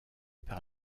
par